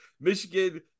Michigan